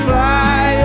Fly